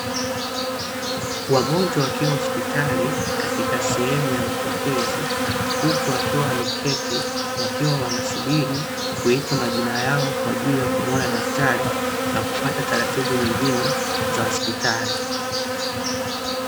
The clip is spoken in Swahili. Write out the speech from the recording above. Wagonjwa wakiwa hospitali katika sehemu ya mapokezi huku wakiwa wameketi wakiwa wanasubiri kuitwa majina yao kwa ajili ya kumuona daktari na kufuata taratibu nyingine za hospitali.